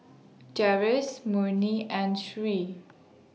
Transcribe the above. Deris Murni and Sri